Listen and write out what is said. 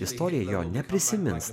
istorija jo neprisimins